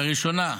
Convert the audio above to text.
לראשונה,